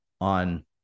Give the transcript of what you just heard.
on